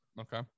Okay